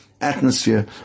atmosphere